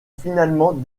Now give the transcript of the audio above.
finalement